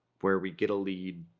where we get a lead,